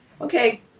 okay